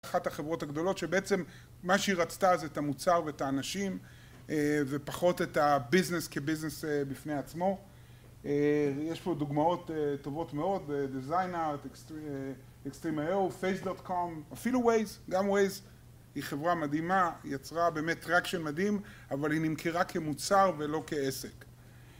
אחת החברות הגדולות שבעצם מה שהיא רצתה זה את המוצר ואת האנשים ופחות את הביזנס כביזנס בפני עצמו יש פה דוגמאות טובות מאוד, דיזיינארט, אקסטרימאיו, פייס.דוטקום, אפילו וייז, גם וייז היא חברה מדהימה, יצרה באמת טראקשן מדהים אבל היא נמכרה כמוצר ולא כעסק